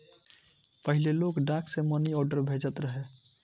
पहिले लोग डाक से मनीआर्डर भेजत रहे